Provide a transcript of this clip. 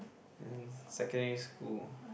in secondary school